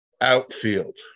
Outfield